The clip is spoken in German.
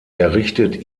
errichtet